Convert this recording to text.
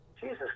Jesus